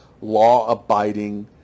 law-abiding